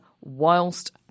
whilst